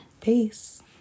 peace